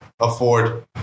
afford